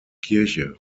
kirche